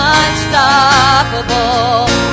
unstoppable